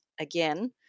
again